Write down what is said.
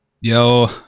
Yo